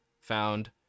found